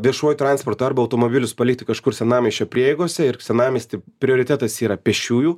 viešuoju transportu arba automobilius palikti kažkur senamiesčio prieigose ir senamiesty prioritetas yra pėsčiųjų